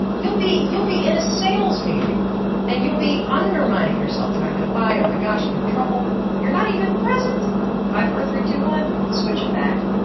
you'll be you'll be in a sales meeting and you'll be undermining yourself, they are not going to buy oh my gosh i'm in trouble, you are not even present five, four, three, two, one switch it back.